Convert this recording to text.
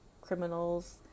criminals